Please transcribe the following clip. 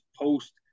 post